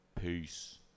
Peace